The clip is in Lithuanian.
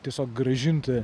tiesiog grąžinti